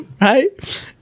right